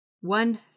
One